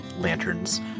lanterns